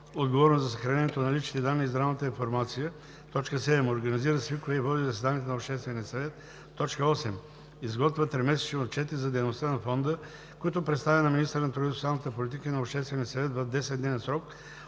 отговорност за съхранението на личните данни и здравната информация; 7. организира, свиква и води заседанията на Обществения съвет; 8. изготвя тримесечни отчети за дейността на фонда, които представя на министъра на труда и социалната политика и на Обществения съвет в 10-дневен срок